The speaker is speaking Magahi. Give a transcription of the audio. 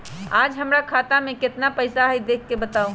आज हमरा खाता में केतना पैसा हई देख के बताउ?